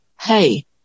hey